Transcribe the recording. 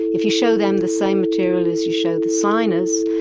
if you show them the same material as you show the signers,